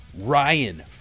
Ryan